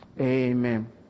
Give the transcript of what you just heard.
Amen